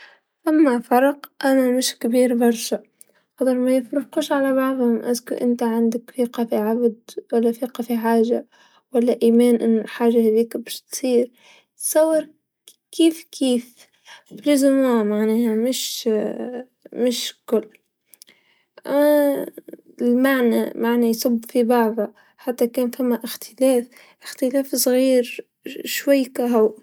فما فرق أما مش كبير أما برشا خاطرش ميفرقوش مع بعضهم اذا أنت عندك ثقه في عبد و لا ثقه في حاجه و لا إيمان أنو الحاجه هاديك باش تصير نتصور كيف كيف، زايد ناقص يعني مش الكل المعني معنى يصب في بعضه، حتى كان فما إختلاف، إختلاف صغير شويكا هو.